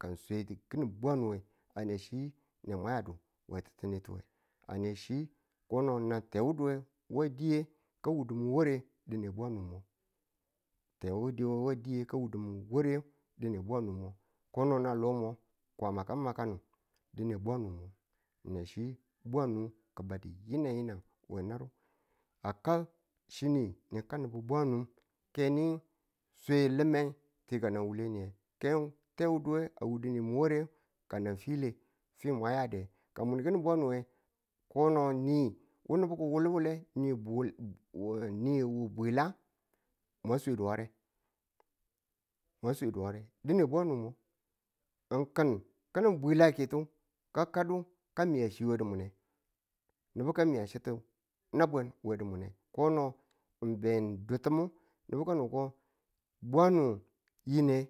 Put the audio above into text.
ka ng swe ki̱nin bwanu, a ne chi ne mwa yadu we ti̱tinutu we a ne chi ko ng nan tewuduwe wa diye ka wudu mun ware dine bwanu mu tewuduwe wa diye ka wudu mun ware dine bwanu mu kono nan lo mo Kwama ka makanudine bwanu mo nan chi bwanu ki̱badu yinang yinang we nuru a ka chine nika nubu bwanu ke ni swe limang ti kanan wure niye ke tewuduwe a wudi ng ware ka na file fi mwa yade ka mun ki̱nin bwanu ko no ni wu nubu ki wuluwule ni bwu wu niye wu bwila mwa swedu ware mwa swedu ware di̱ne konomo ng ki̱n kini bwilakintu kakadu ka miya chi we dimune nubu ki miya chi to na bwe wedu mune ko no ng be ng du ti̱ming nubu kano ko bwanu yine